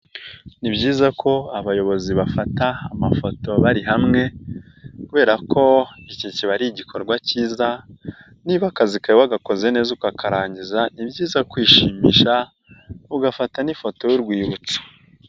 Ni byiza ko abayobozi bafata amafoto bari hamwe kubera ko iki kiba ari igikorwa cyiza, niba akazi kawe wagakoze neza ukakarangiza, ni byiza kwishimisha, ugafata n'ifoto y'urwibutso.